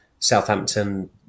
Southampton